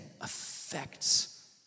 affects